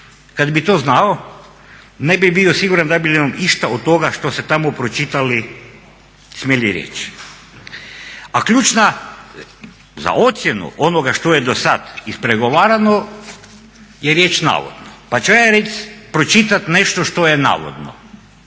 kad bih to znao ne bih bio siguran da bi išta od toga što ste tamo pročitali smjeli reći. A ključna, za ocjenu onoga što je dosada ispregovarano, je riječ navodno. Pa ću ja reći, pročitati nešto što je navodno.